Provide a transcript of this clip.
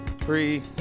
Three